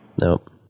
nope